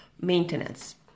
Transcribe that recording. maintenance